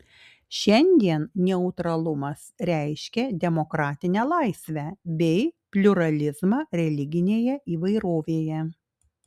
šiandien neutralumas reiškia demokratinę laisvę bei pliuralizmą religinėje įvairovėje